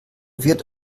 wird